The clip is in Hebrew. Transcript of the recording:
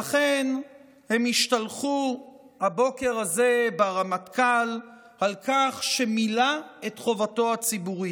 לכן הם השתלחו הבוקר הזה ברמטכ"ל על כך שמילא את חובתו הציבורית.